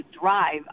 drive